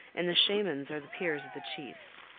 and the shamans are the peers of the chiefs.